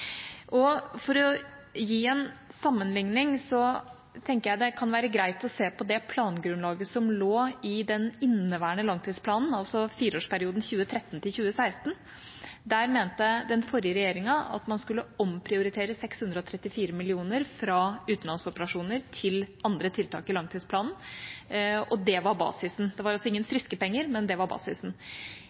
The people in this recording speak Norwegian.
tidligere. For å gi en sammenligning tenker jeg det kan være greit å se på det plangrunnlaget som lå i den inneværende langtidsplanen, altså for fireårsperioden 2013–2016. Der mente den forrige regjeringa at man skulle omprioritere 634 mill. kr fra utenlandsoperasjoner til andre tiltak i langtidsplanen. Det var basisen. Det var altså ingen friske penger, men det var basisen.